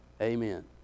Amen